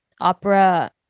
opera